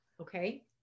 Okay